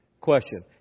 Question